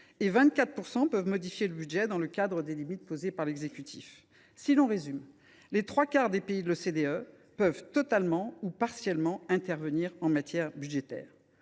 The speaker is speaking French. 24 % peuvent modifier le budget dans le cadre de limites posées par l’exécutif. Si l’on résume, les trois quarts des pays de l’OCDE peuvent totalement ou partiellement intervenir en matière budgétaire